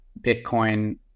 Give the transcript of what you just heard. Bitcoin